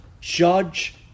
Judge